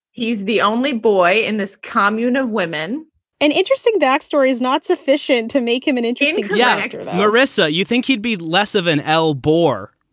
he's the only boy in this commun of women an interesting backstory is not sufficient to make him an interesting yeah jaggers marissa you think you'd be less of an el borre?